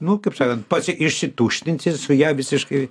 nu kaip sakant pats išsituštinsi su ja visiškai